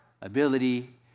ability